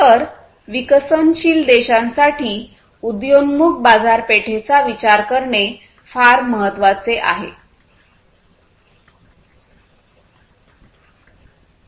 तर विकसनशील देशांसाठी उदयोन्मुख बाजारपेठेचा विचार करणे फार महत्वाचे आहे